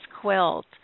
quilt